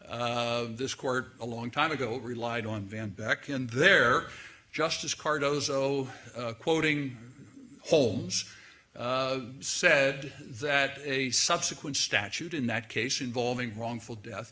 how this court a long time ago relied on van beck in their justice cardozo quoting holmes said that a subsequent statute in that case involving wrongful death